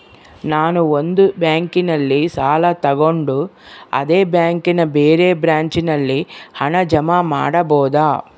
ನಾನು ಒಂದು ಬ್ಯಾಂಕಿನಲ್ಲಿ ಸಾಲ ತಗೊಂಡು ಅದೇ ಬ್ಯಾಂಕಿನ ಬೇರೆ ಬ್ರಾಂಚಿನಲ್ಲಿ ಹಣ ಜಮಾ ಮಾಡಬೋದ?